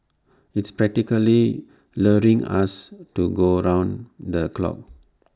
it's practically luring us to go round the clock